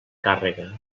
càrrega